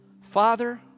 Father